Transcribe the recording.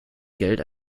geld